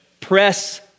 press